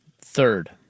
Third